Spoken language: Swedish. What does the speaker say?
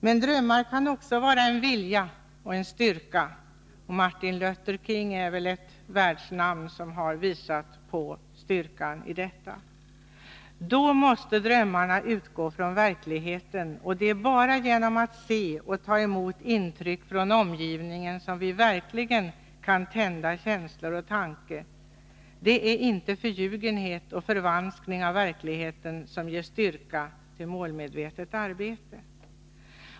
Men drömmar kan också vara uttryck för vilja och styrka. Martin Luther King är ett världsnamn som väl har visat riktigheten i detta. Men då måste drömmarna utgå från verkligheten, och det är bara genom att se och ta emot intryck från omgivningen som vi verkligen kan tända känslor och tanke. Det är inte förljugenhet och förvanskning av verkligheten som ger styrka till målmedvetet arbete.